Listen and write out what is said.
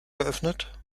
geöffnet